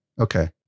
Okay